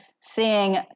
seeing